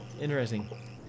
Interesting